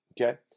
okay